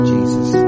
Jesus